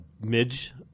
midge